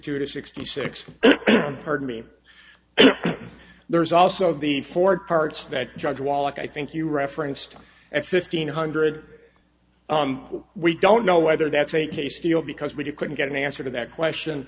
two to sixty six pardon me there's also the ford parts that judge wallach i think you referenced at fifteen hundred we don't know whether that's a case deal because we couldn't get an answer to that question